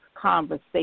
conversation